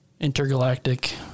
intergalactic